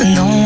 no